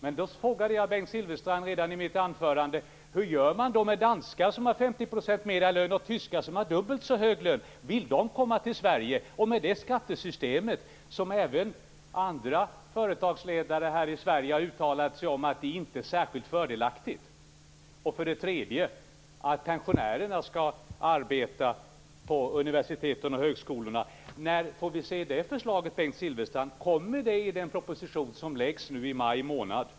Jag frågade Bengt Silfverstrand redan i mitt anförande: Hur gör man med danskar som har 50 % mer i lön och tyskar som har dubbelt så hög lön? Vill de komma till Sverige, med det skattesystem om vilket även andra företagsledare har uttalat sig att det inte är särskilt fördelaktigt? När får vi se förslaget om att pensionärerna skall arbeta på universiteten och högskolorna, Bengt Silfverstrand? Kommer det i den proposition som läggs fram nu i maj månad?